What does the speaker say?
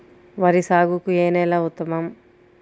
వరి సాగుకు ఏ నేల ఉత్తమం?